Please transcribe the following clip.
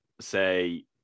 say